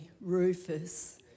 rufus